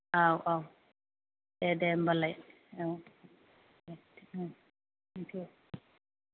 औ औ दे दे होम्बालाय औ दे थेंक्यु